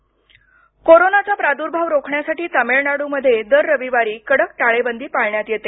तामिळनाड् कोरोनाचा प्रादुर्भाव रोखण्यासाठी तामिळनाडूमध्ये दर रविवारी कडक टाळेबंदी पाळण्यात येते